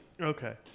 Okay